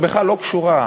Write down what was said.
היא בכלל לא קשורה.